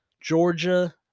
Georgia